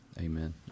Amen